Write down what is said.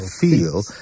feel